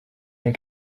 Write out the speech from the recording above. sein